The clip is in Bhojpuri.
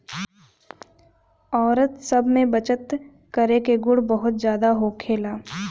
औरत सब में बचत करे के गुण बहुते ज्यादा होखेला